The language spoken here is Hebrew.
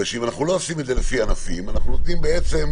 כי אם אנחנו לא עושים את זה לפי ענפים אנחנו נותנים בעצם